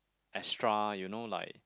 extra you know like